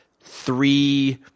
three